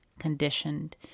conditioned